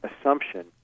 assumption